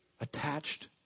attached